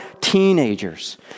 teenagers